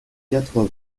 quatre